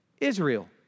Israel